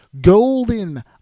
golden